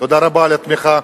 תודה רבה על התמיכה.